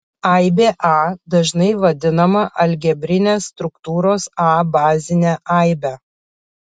aibė a dažnai vadinama algebrinės struktūros a bazine aibe